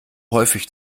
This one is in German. häufig